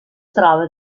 troba